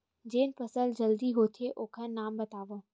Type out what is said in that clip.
जेन फसल जल्दी होथे ओखर नाम बतावव?